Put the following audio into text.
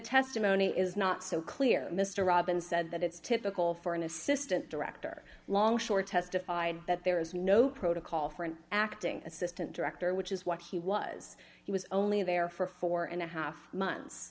testimony is not so clear mr robin said that it's typical for an assistant director longshore testified that there is no protocol for an acting assistant director which is what he was he was only there for four and a half months